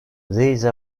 these